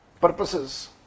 purposes